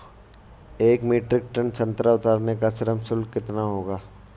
एक metric tonne संतरा उतारने का श्रम शुल्क कितना होगा?